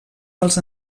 dels